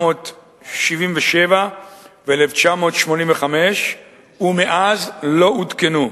1977 ו-1985 ומאז לא עודכנו.